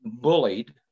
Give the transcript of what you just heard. bullied